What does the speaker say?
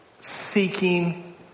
seeking